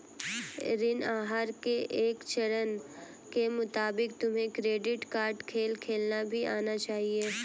ऋण आहार के एक चरण के मुताबिक तुम्हें क्रेडिट कार्ड खेल खेलना भी आना चाहिए